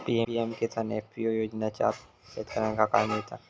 PM Kisan FPO योजनाच्यात शेतकऱ्यांका काय मिळता?